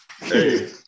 Hey